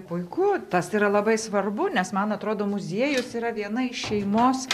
puiku tas yra labai svarbu nes man atrodo muziejus yra viena iš šeimos